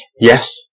Yes